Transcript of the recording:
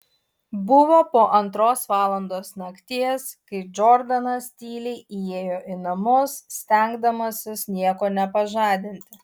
buvo po antros valandos nakties kai džordanas tyliai įėjo į namus stengdamasis nieko nepažadinti